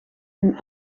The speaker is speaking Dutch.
een